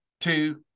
two